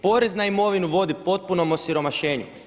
Porez na imovinu vodi potpunom osiromašenju.